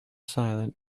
silent